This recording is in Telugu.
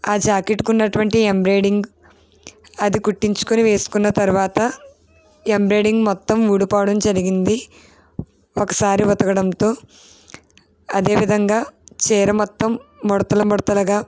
ఆ జాకెట్ కు ఉన్నటువంటి ఎంబ్రాయిడింగ్ అది కుట్టించుకోని వేసుకున్న తర్వాత ఎంబ్రాయిడింగ్ మొత్తం ఊడిపోవడం జరిగింది ఒకసారి ఉతకడంతో అదే విధంగా చీర మొత్తం ముడతలు మడతలుగా